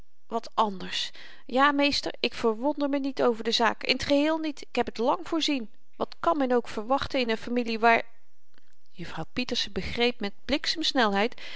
wat anders ja meester ik verwonder me niet over de zaak in t geheel niet ik heb t lang voorzien wat kan men ook verwachten in n familie waar juffrouw pieterse begreep met